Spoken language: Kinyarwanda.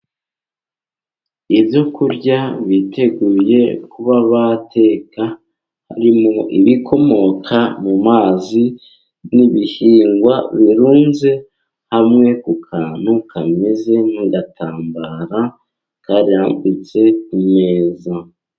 Ibyo kurya biteguye kuba bateka, harimo ibikomoka mu mazi, n'ibihingwa. Birunze hamwe ku kantu kameze nk'agatambara karambitse ku meza.